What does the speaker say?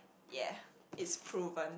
ya it's proven